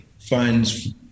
funds